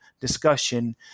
discussion